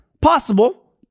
Possible